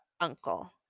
uncle